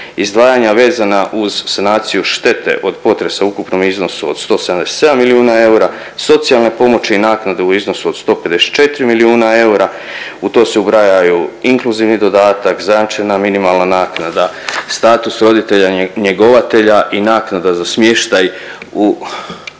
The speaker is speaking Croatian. Izdvajanja vezana uz sanaciju štete od potresa u ukupnom iznosu od 177 milijuna eura. Socijalne pomoći i naknade u iznosu od 154 milijuna eura, u to se ubrajaju inkluzivni dodatak, zajamčena minimalna naknada, status roditelja njegovatelja i naknada za smještaj u